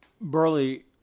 Burley